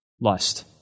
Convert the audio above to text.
lust